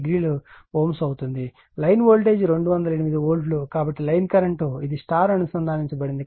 870 Ω అవుతుంది line voltage 208 volt కాబట్టి line current ఇది స్టార్ అనుసంధానించబడినది